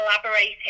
collaborating